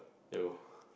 yo